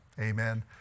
Amen